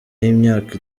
y’imyaka